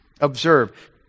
Observe